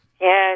Yes